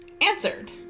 answered